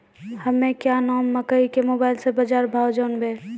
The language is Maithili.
हमें क्या नाम मकई के मोबाइल से बाजार भाव जनवे?